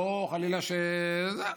לא חלילה שזה.